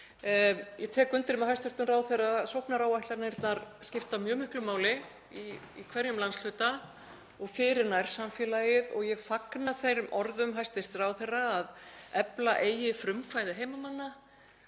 Ég tek undir með hæstv. ráðherra, sóknaráætlanirnar skipta mjög miklu máli í hverjum landshluta og fyrir nærsamfélagið. Ég fagna þeim orðum hæstv. ráðherra að efla eigi frumkvæði heimamanna